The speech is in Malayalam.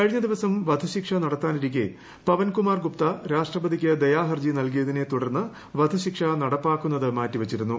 കഴിഞ്ഞ ദിവസം വധശിക്ഷ നടത്താനിരിക്കെ പവൻകുമാർ ഗുപ്ത രാഷ്ട്രപതിയ്ക്ക് ദയാഹർജി നൽകിയതിനെ തുടർന്ന് വധശിക്ഷ നടപ്പാക്കുന്നത് മാറ്റി വച്ചിരുന്നു